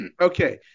Okay